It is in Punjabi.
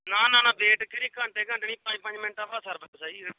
ਨਾ ਨਾ ਨਾ ਲੇਟ ਕਿਹੜੀ ਘੰਟੇ ਘੰਟੇ ਨਹੀਂ ਪੰਜ ਪੰਜ ਮਿੰਟਾਂ ਬਾਅਦ ਸਰਵਿਸ ਹੈ ਜੀ